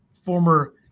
former